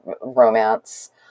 romance